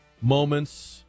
moments